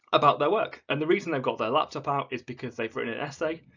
about their work. and the reason they've got their laptop out is because they've written an essay,